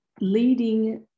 leading